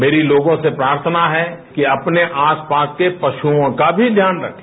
मेरी लोगों से प्रार्थना है कि अपने आसपास के पशुओं का भी ध्यान रखें